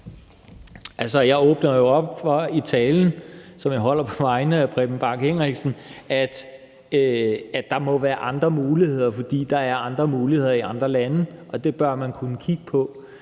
Henriksen, op for, at der må være andre muligheder, fordi der er andre muligheder i andre lande, og at man bør kunne kigge på